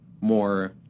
more